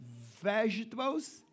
vegetables